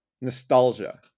nostalgia